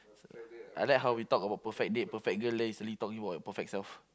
I like how we talk about perfect date perfect girl then you suddenly talking about your perfect self